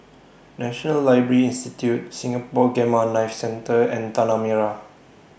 National Library Institute Singapore Gamma Knife Centre and Tanah Merah